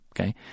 Okay